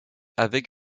avec